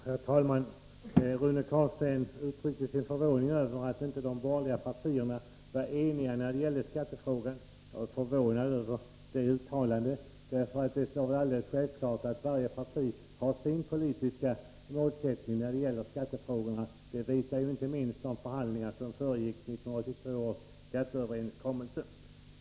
Herr talman! Rune Carlstein uttryckte sin förvåning över att de borgerliga partierna inte var eniga i skattefrågan. Jag är överraskad av detta uttalande. Det är ju alldeles självklart att varje parti har sin politiska målsättning när det gäller skattefrågorna. Det visar inte minst de förhandlingar som föregick 1982 års skatteöverenskommelse.